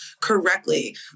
correctly